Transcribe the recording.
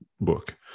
book